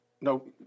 No